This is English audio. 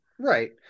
Right